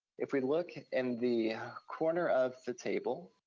if we look in the corner of the table,